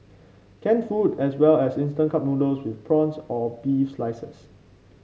canned food as well as instant cup noodles with prawns or beef slices